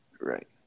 Right